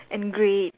and great